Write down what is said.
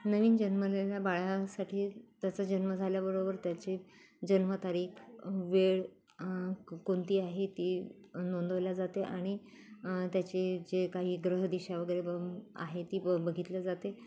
नवीन जन्मलेल्या बाळासाठी त्याचा जन्म झाल्याबरोबर त्याची जन्मतारीख वेळ कोणती आहे ती नोंदवल्या जाते आणि त्याचे जे काही ग्रहदिशा वगैरे ब आहे ती ब बघितल्या जाते